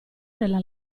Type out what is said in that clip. nella